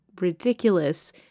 ridiculous